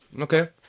Okay